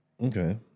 Okay